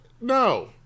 No